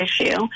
issue